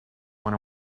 went